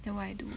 then what you do